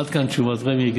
עד כאן תשובת רמ"י.